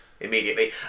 immediately